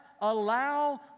allow